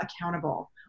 accountable